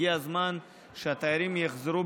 הגיע הזמן שהתיירים יחזרו